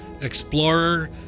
explorer